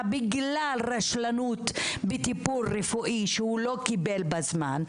דווקא בגלל רשלנות בטיפול רפואי שהוא לא קיבל בזמן.